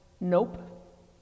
nope